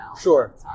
Sure